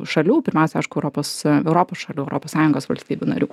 šalių pirmiausia aišku europos europos šalių europos sąjungos valstybių narių